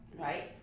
right